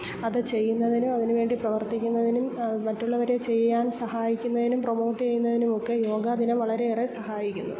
അത് ചെയ്യുന്നതിനും അതിനു വേണ്ടി പ്രവർത്തിക്കുന്നതിനും മറ്റുള്ളവരെ ചെയ്യാൻ സഹായിക്കുന്നതിനും പ്രമോട്ട് ചെയ്യുന്നതിനുമൊക്കെ യോഗാദിനം വളരെയേറെ സഹായിക്കുന്നു